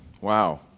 wow